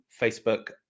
Facebook